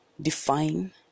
define